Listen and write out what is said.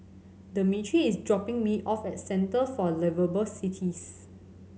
Demetri is dropping me off at Centre for Liveable Cities